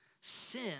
Sin